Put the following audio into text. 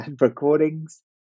recordings